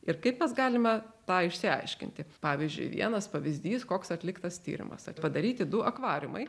ir kaip mes galime tą išsiaiškinti pavyzdžiui vienas pavyzdys koks atliktas tyrimas padaryti du akvariumai